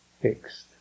fixed